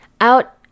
out